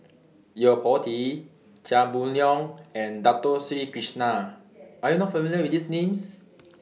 Yo Po Tee Chia Boon Leong and Dato Sri Krishna Are YOU not familiar with These Names